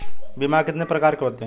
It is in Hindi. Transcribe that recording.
बीमा कितने प्रकार के होते हैं?